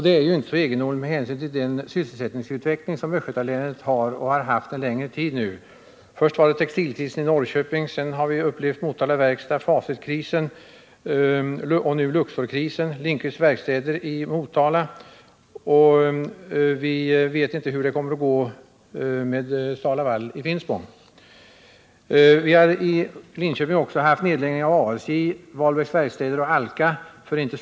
Det är ju inte så egendomligt med hänsyn till den sysselsättningsutveckling som östgötalänet har och har haft en längre tid nu. Först kom textilkrisen i Norrköping. Därefter har vi upplevt kriserna vid Motala Verkstad, vid Facit, vid Verkstads AB Lindqvist i Motala och nu vid Luxor. Vi vet inte heller hur det kommer att gå vid STAL-LAVAL i Finspång. Vi har i Linköping för inte så länge sedan haft nedläggningar vid ASJ, vid Wahlbecks Fabriker och vid Alka.